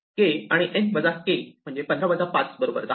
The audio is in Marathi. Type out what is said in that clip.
K आणि n वजा k म्हणजे 15 वजा 5 बरोबर 10